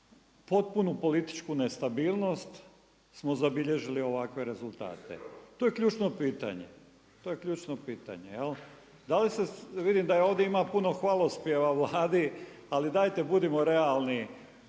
potpunu političku nestabilnost smo zabilježili ovakve rezultate. To je ključno pitanje, to je ključno pitanje. Da li se, vidim da ovdje ima puno hvalospjeva Vladi, ali dajte budimo realni,